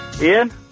Ian